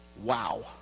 Wow